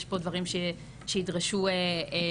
יש פה דברים שידרשו עבודה,